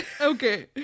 Okay